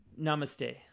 namaste